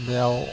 बेयाव